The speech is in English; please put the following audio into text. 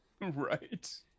right